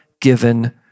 given